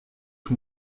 que